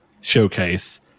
showcase